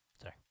Sorry